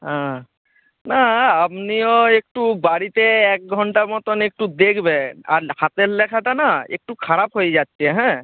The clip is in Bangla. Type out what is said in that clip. হ্যাঁ না আপনিও একটু বাড়িতে এক ঘণ্টা মতন একটু দেখবেন আর হাতের লেখাটা না একটু খারাপ হয়ে যাচ্ছে হ্যাঁ